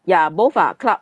ya both ah club